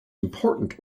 important